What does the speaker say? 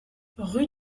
rue